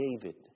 David